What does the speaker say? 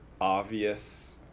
obvious